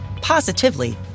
positively